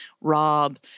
Rob